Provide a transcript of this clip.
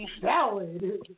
salad